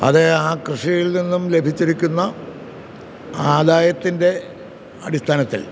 അതേ ആ കൃഷിയിൽ നിന്നും ലഭിച്ചിരിക്കുന്ന ആദായത്തിൻ്റെ അടിസ്ഥാനത്തിൽ